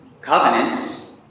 covenants